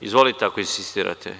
Izvolite, ako insistirate.